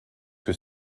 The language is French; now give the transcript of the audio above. que